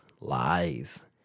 lies